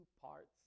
parts